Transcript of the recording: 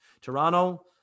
Toronto